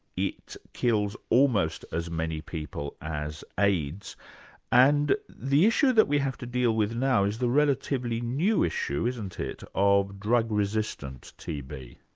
kills almost as many people as aids and the issue that we have to deal with now is the relatively new issue, isn't it, of drug resistant tb?